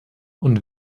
und